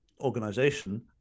organization